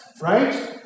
right